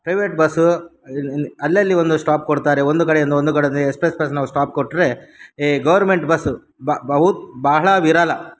private bus ಅಲ್ಲಲ್ಲಿ ಒಂದು stop ಕೊಡ್ತಾರೆ ಒಂದು ಕಡೆಯಿಂದ ಒಂದು ಕಡೆಂದ ಎಕ್ಸ್ಪ್ರೆಸ್ ಬಸ್ನವ್ರು ಸ್ಟಾಪ್ ಕೊಟ್ಟರೆ ಈ ಗೌರ್ಮೆಂಟ್ ಬಸ್ಸು ಬ ಬಹು ಬಹಳ ವಿರಳ